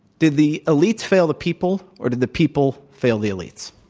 did the elites fail the people, or did the people fail the elites?